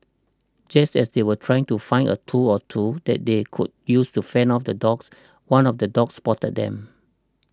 just as they were trying to find a tool or two that they could use to fend off the dogs one of the dogs spotted them